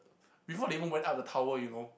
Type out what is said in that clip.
before they even went up the tower you know